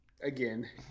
again